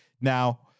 Now